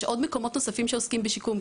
יש עוד מקומות נוספים שעוסקים בשיקום,